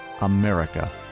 America